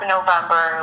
November